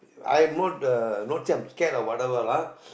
I'm not the not say I'm scared or whatever lah